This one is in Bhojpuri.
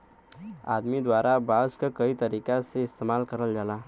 आदमी द्वारा बांस क कई तरीका से इस्तेमाल करल जाला